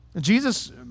Jesus